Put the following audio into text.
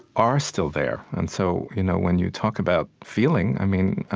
are still there. and so you know when you talk about feeling, i mean,